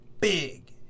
big